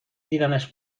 دیدنش